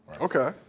Okay